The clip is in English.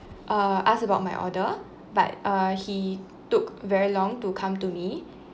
uh ask about my order but uh he took very long to come to me